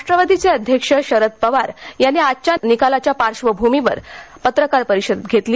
राष्ट्रवादीचे अध्यक्ष शरद पवार यांनी आजच्या निकालांच्या पार्श्वभूमीवर पत्रकार परिषद घेतली